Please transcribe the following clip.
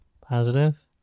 Positive